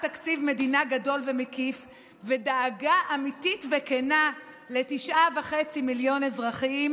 העברת תקציב מדינה גדול ומקיף ודאגה אמיתית וכנה ל-9.5 מיליוני אזרחים